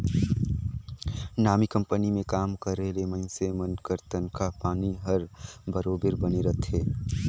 नामी कंपनी में काम करे ले मइनसे मन कर तनखा पानी हर बरोबेर बने रहथे